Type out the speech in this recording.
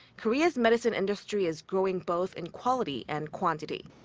korea's medicine industry is growing both in quality and quantity.